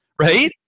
right